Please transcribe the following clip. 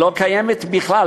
היא לא קיימת בכלל.